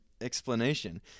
Explanation